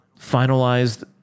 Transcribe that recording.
finalized